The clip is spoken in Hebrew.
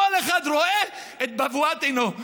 כל אחד רואה את בבואת עינו.